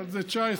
אבל זה 2019,